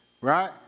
Right